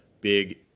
big